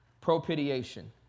propitiation